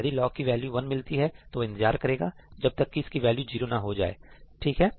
यदि लॉक की वैल्यू 1 मिलती है तो वह इंतजार करेगा जब तक कि इसकी वैल्यू जीरो ना हो जाए ठीक है